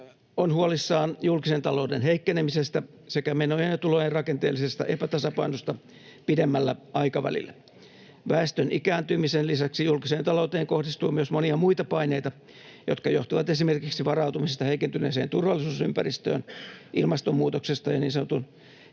on huolissaan julkisen talouden heikkenemisestä sekä menojen ja tulojen rakenteellisesta epätasapainosta pidemmällä aikavälillä. Väestön ikääntymisen lisäksi julkiseen talouteen kohdistuu myös monia muita paineita, jotka johtuvat esimerkiksi varautumisesta heikentyneeseen turvallisuusympäristöön, ilmastonmuutoksesta ja niin sanotun